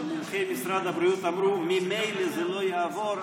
שמומחי משרד הבריאות אמרו: ממילא זה לא יעבור,